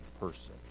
person